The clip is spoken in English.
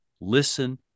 listen